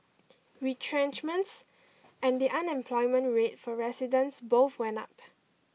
retrenchments and the unemployment rate for residents both went up